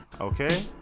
Okay